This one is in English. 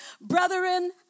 Brethren